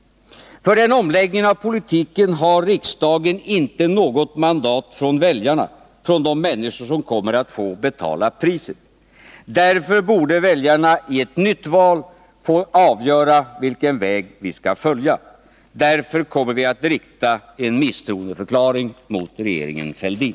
För denna omläggning har riksdagen inte något mandat från väljarna — från de människor som kommer att få betala priset. Därför borde väljarna i ett nyval få avgöra vilken väg vi skall följa. Därför kommer vi att rikta en misstroendeförklaring mot regeringen Fälldin.